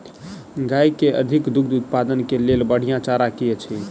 गाय केँ अधिक दुग्ध उत्पादन केँ लेल बढ़िया चारा की अछि?